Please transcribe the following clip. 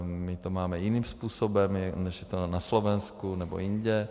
My to máme jiným způsobem, než je to na Slovensku nebo jinde.